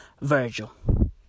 Virgil